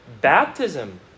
baptism